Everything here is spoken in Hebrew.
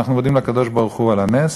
אנחנו מודים לקדוש-ברוך-הוא על הנס,